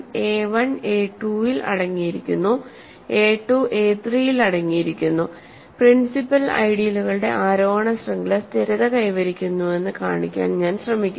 A 1 A 2 ൽ അടങ്ങിയിരിക്കുന്നു A 2 A 3ൽ അടങ്ങിയിരിക്കുന്നു പ്രിൻസിപ്പൽ ഐഡിയലുകളുടെ ആരോഹണ ശൃംഖല സ്ഥിരത കൈവരിക്കുന്നുവെന്ന് കാണിക്കാൻ ഞാൻ ശ്രമിക്കുന്നു